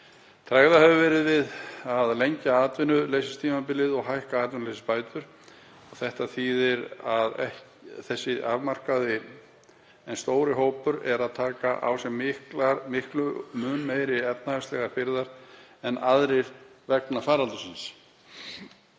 Tregða hefur verið við að lengja atvinnuleysistímabilið og hækka atvinnuleysisbætur. Þetta þýðir að þessi afmarkaði en stóri hópur er að taka á sig miklu mun meiri efnahagslegar byrðar en aðrir vegna faraldursins.